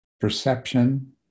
perception